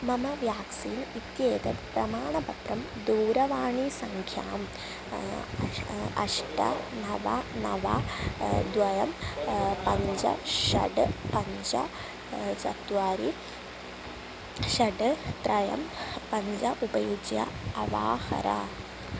मम व्याक्सीन् इत्येतत् प्रमाणपत्रं दूरवाणीसङ्ख्याम् अष्ट नव नव द्वे पञ्च षट् पञ्च चत्वारि षट् त्रीणि पञ्च उपयुज्य अवाहर